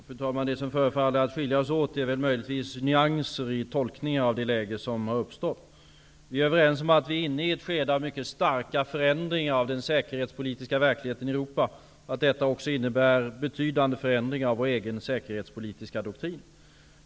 Fru talman! Det som förefaller att skilja oss åt är möjligtvis nyanser i tolkningar av det läge som har uppstått. Vi är överens om att vi är inne i ett skede av mycket starka förändringar av den säkerhetspolitiska verkligheten i Europa och att detta också innebär betydande förändringar av vår egen säkerhetspolitiska doktrin.